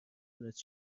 دونست